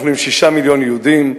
אנחנו עם שישה מיליון יהודים,